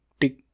tick